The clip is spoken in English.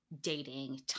dating